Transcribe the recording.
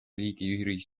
riigi